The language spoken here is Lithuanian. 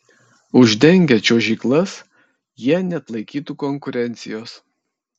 uždengę čiuožyklas jie neatlaikytų konkurencijos